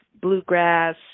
bluegrass